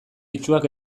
itsuak